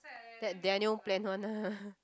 that Daniel plan one ah